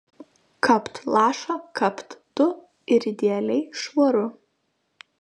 kapt lašą kapt du ir idealiai švaru